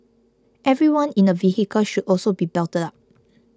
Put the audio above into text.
everyone in a vehicle should also be belted up